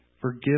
forgive